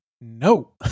no